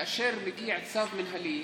כאשר מגיע צו מינהלי,